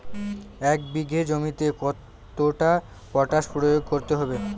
এক বিঘে জমিতে কতটা পটাশ প্রয়োগ করতে হবে?